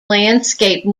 landscape